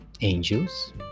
angels